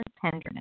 tenderness